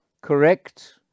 correct